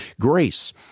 Grace